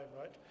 right